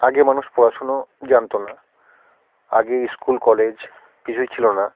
আগে মানুষ পড়াশুনো জানত না আগে স্কুল কলেজ কিছুই ছিলো না